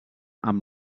amb